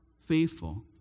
faithful